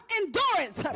endurance